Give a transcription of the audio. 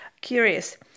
Curious